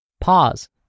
pause